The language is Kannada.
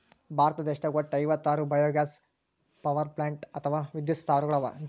ಭಾರತ ದೇಶದಾಗ್ ವಟ್ಟ್ ಐವತ್ತಾರ್ ಬಯೊಗ್ಯಾಸ್ ಪವರ್ಪ್ಲಾಂಟ್ ಅಥವಾ ವಿದ್ಯುತ್ ಸ್ಥಾವರಗಳ್ ಅವಾ